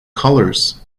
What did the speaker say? colors